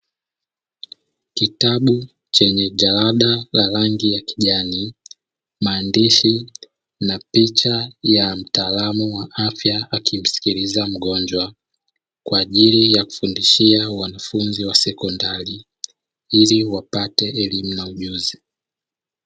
Kitabu chenye jalada la rangi ya kijani, maandishi na picha ya mtaalamu wa afya akimsikiliza mgonjwa; kwa ajili ya kufundishia wanafunzi wa sekondari ili wapate elimu na ujuzi.